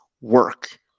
work